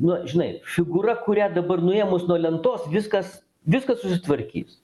nu žinai figūra kurią dabar nuėmus nuo lentos viskas viskas susitvarkys